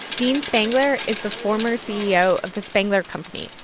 dean spangler is the former ceo of the spangler company.